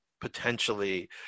potentially